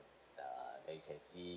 uh then you can see